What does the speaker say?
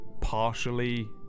partially